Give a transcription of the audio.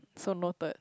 so noted